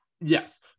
Yes